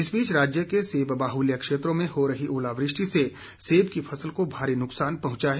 इस बीच राज्य के सेब बाहुल क्षेत्रों में हो रही ओलावृष्टि से सेब की फसल को भारी नुकसान पहुंचा है